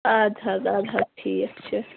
اَدٕ حظ اَدٕ حظ ٹھیٖک چھُ